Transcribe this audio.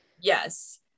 yes